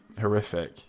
horrific